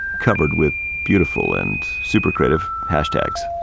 covered with beautiful and super creative hashtags.